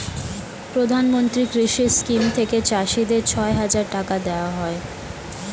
প্রধানমন্ত্রী কৃষি স্কিম থেকে চাষীদের ছয় হাজার টাকা দেওয়া হয়